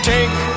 Take